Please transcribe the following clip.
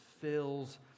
fills